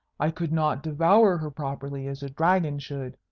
i could not devour her properly as a dragon should.